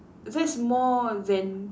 that's more than